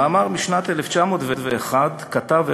במאמר משנת 1901 כתב הרצל: